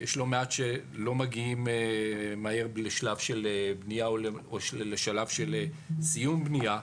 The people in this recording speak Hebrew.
יש לא מעט שלא מגיעים מהר לשלב של בנייה או לשלב של סיום בנייה.